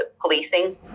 policing